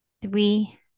three